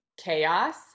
chaos